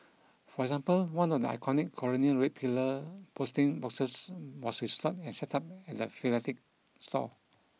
for example one of the iconic colonial red pillar posting boxes was restored and set up at the philatelic store